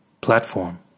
Platform